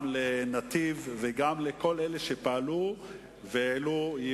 התברר לנו בסופו של דבר מביקורת המדינה שבלאו הכי זה לא היה